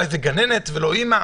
אולי זאת גננת ולא אימא,